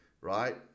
right